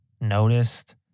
noticed